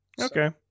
Okay